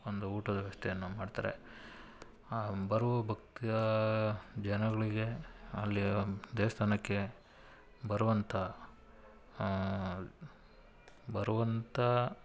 ಒಂದು ಊಟದ ವ್ಯವಸ್ಥೆಯನ್ನು ಮಾಡ್ತಾರೆ ಬರುವ ಭಕ್ತ ಜನಗಳಿಗೆ ಅಲ್ಲಿಯ ದೇವಸ್ಥಾನಕ್ಕೆ ಬರುವಂಥ ಬರುವಂಥ